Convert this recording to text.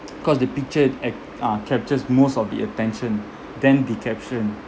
because the picture ac~ uh captures most of the attention than the caption